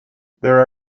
there